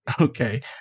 Okay